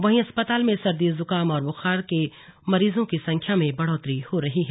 वहीं अस्पताल में सर्दी जुखाम और बुखार के मरीजों की संख्या में बढ़ोतरी हो रही है